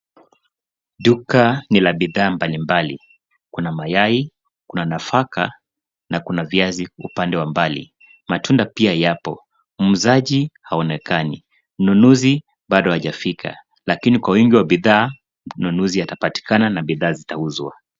Duka ni la bidhaa mbalimbali. Kuna mayai, kuna nafaka na kuna viazi upande wa mbali. Matunda pia yapo. Muuzaji haonekani, mnunuzi bado hajafika lakini kwa wingi wa bidhaa mnunuzi atapatikana na bidhaa zitauzwa.